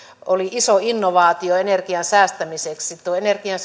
oli iso innovaatio energian säästämiseksi tuo energian